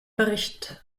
bericht